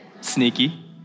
Sneaky